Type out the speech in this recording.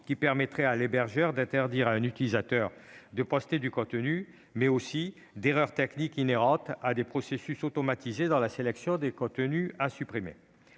» permettant à l'hébergeur d'interdire à un utilisateur de poster du contenu, mais aussi la possibilité d'erreurs techniques inhérentes à des processus automatisés dans la sélection des contenus à supprimer.